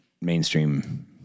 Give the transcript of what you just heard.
mainstream